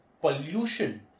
Pollution